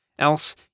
else